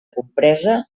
compresa